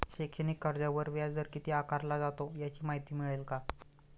शैक्षणिक कर्जावर व्याजदर किती आकारला जातो? याची माहिती मिळेल का?